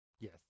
Yes